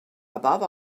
above